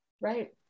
right